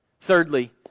Thirdly